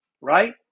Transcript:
right